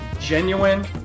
genuine